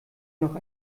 noch